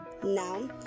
Now